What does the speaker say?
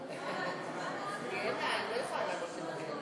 נורית, את מצביעה נגד?